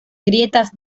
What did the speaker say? grietas